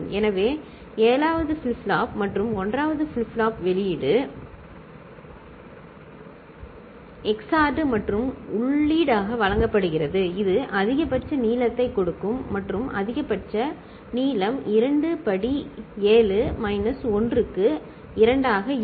எனவே 7 வது flip flop மற்றும் 1 வது ஃபிளிப் ஃப்ளாப் வெளியீடு XORed மற்றும் உள்ளீடாக வழங்கப்படுகிறது இது அதிகபட்ச நீளத்தைக் கொடுக்கும் மற்றும் அதிகபட்ச அதிகபட்ச நீளம் 2 படி 7 மைனஸ் 1 க்கு 2 ஆக இருக்கும்